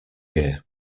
year